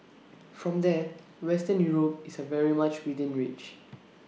from there western Europe is very much within reach